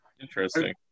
Interesting